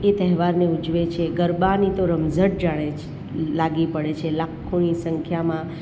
એ તહેવારને ઉજવે છે ગરબાની તો રમઝટ જાણે લાગી પડે છે લાખોની સંખ્યામાં